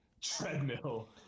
treadmill